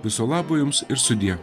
viso labo jums ir sudie